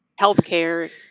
healthcare